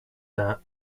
that